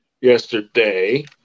yesterday